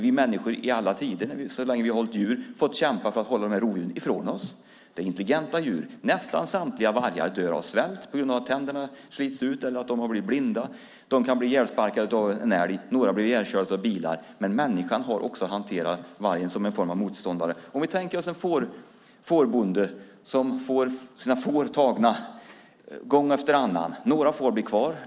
Vi människor har i alla tider, så länge som vi har hållit djur, fått kämpa för att hålla dessa rovdjur ifrån oss. Det är intelligenta djur. Nästan samtliga vargar dör av svält på grund av att tänderna har slitits ut eller att de har blivit blinda. De kan bli ihjälsparkade av en älg. Några blir ihjälkörda av bilar. Men människan har också hanterat vargen som en form av motståndare. Om vi tänker oss en fårbonde som får sina får tagna gång efter annan. Några får bli kvar.